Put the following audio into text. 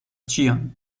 ĉion